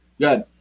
Good